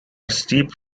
steep